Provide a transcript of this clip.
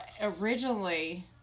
originally